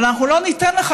אבל אנחנו לא ניתן לך,